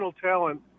talent